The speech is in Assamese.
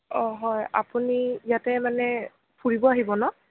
অঁ হয় আপুনি ইয়াতে মানে ফুৰিব আহিব ন